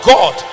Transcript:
God